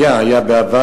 היה, היה בעבר.